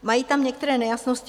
Mají tam některé nejasnosti.